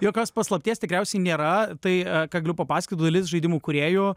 jokios paslapties tikriausiai nėra tai ką galiu papasakot dalis žaidimų kūrėjų